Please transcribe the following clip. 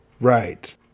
Right